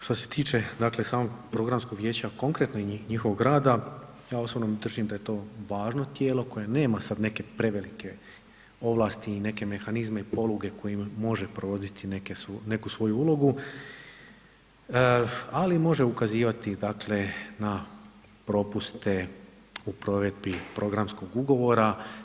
Što se tiče dakle, samog Programskog vijeća, konkretno njihovog rada, ja osobno držim da je to važno tijelo koje nema sad neke prevelike ovlasti, neke mehanizme, poluge kojima može provoditi neku svoju ulogu, ali može ukazivati dakle na propuste u provedbi Programskog ugovora.